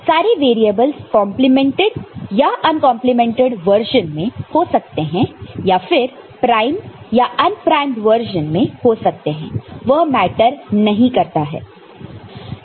सारे variables complemented या uncomplemented version में हो सकते हैं या फिर प्राइम या अनप्राइम वर्जन में हो सकते हैं वह मैटर नहीं करता है